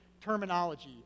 terminology